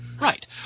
right